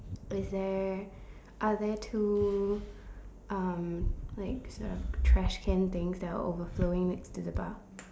is there are there two um like sort of trash can things that are overflowing next to the bar